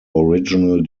original